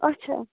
اچھا